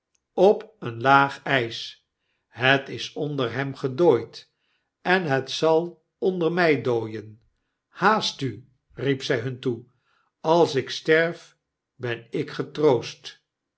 op eene laag ys het is onder hem gedooid en het zal onder my dooien haast u riep zy hun toe als ik sterf ben ik getroost